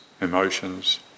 emotions